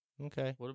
Okay